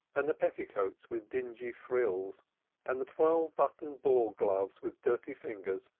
and the petticoats with dingy frills and the twelve-button ball gloves with dirty fingers,